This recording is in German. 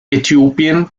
äthiopien